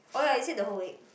oh ya is it the whole week